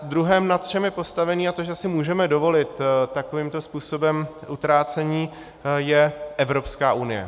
Druhé, na čem je postavený, a to, že si můžeme dovolit takovýmto způsobem utrácení, je Evropská unie.